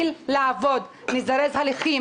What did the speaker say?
אני קורא לך לסדר פעם שנייה.